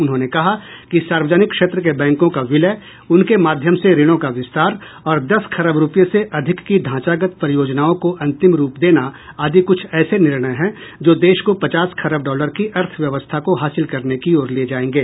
उन्होंने कहा कि सार्वजनिक क्षेत्र के बैंकों का विलय उनके माध्यम से ऋणों का विस्तार और दस खरब रुपए से अधिक की ढांचागत परियोजनाओं को अंतिम रूप देना आदि ऐसे कुछ निर्णय है जो देश को पचास खरब डॉलर की अर्थव्यवस्था को हासिल करने की ओर ले जाएंगे